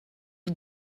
lui